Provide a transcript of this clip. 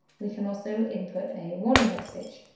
we can also input a warning message,